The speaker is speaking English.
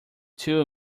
too